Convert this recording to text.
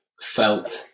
felt